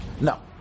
No